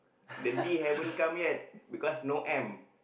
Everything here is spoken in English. the D haven't come yet because no M